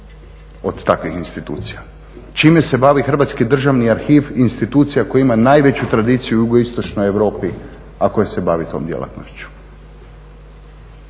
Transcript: od takvih institucija? Čime se bavi Hrvatski državni arhiv, institucija koja ima najveću tradiciju u jugoistačnoj Europi a koja se bavi tom djelatnošću?